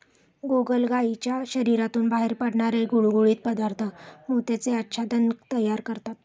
गोगलगायीच्या शरीरातून बाहेर पडणारे गुळगुळीत पदार्थ मोत्याचे आच्छादन तयार करतात